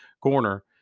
corner